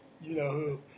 you-know-who